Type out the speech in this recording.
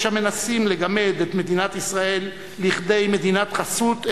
יש המנסים לגמד את מדינת ישראל לכדי מדינת חסות,